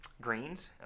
greens